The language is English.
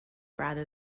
rather